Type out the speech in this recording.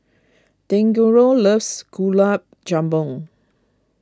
Deangelo loves Gulab Jamun